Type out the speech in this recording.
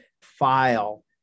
file